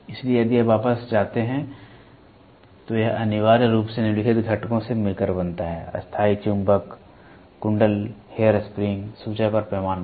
इसलिए यदि आप वापस जाते हैं तो यह अनिवार्य रूप से निम्नलिखित घटकों से मिलकर बनता है स्थायी चुंबक कुंडल हेयर स्प्रिंग सूचक और पैमाना